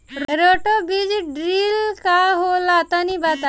Roto बीज drill का होला तनि बताई?